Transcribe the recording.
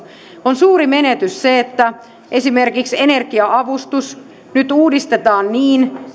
on suuri menetys se että esimerkiksi energia avustus nyt uudistetaan niin